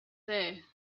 there